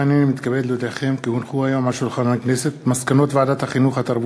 תודה רבה לחבר הכנסת נסים זאב.